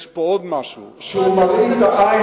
יש פה עוד משהו, שהוא מראית העין,